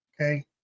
Okay